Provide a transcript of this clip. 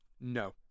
No